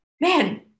man